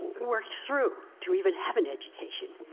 worked through to even have an education,